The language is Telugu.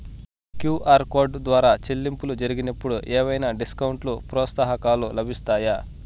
క్యు.ఆర్ కోడ్ ద్వారా చెల్లింపులు జరిగినప్పుడు ఏవైనా డిస్కౌంట్ లు, ప్రోత్సాహకాలు లభిస్తాయా?